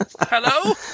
Hello